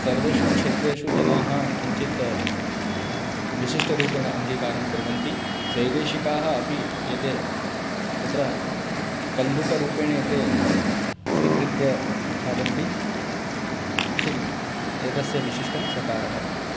सर्वेषु क्षेत्रेषु जनाः किञ्चित् विशिष्टरूपेण अङ्गीकारं कुर्वन्ति वैदेशिकाः अपि एते तत्र कन्दुकरूपेण एते स्वीकृत्य खादन्ति इति एतस्य विशिष्टः प्रकारः